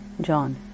John